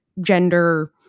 gender